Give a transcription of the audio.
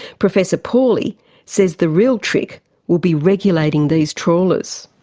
professor pauly says the real trick will be regulating these trawlers.